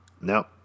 No